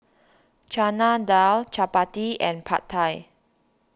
Chana Dal Chapati and Pad Thai